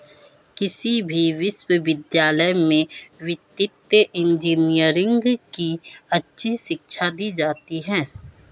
किसी भी विश्वविद्यालय में वित्तीय इन्जीनियरिंग की अच्छी शिक्षा दी जाती है